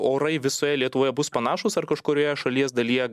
orai visoje lietuvoje bus panašūs ar kažkurioje šalies dalyje